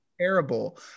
terrible